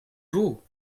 beau